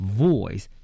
voice